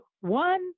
one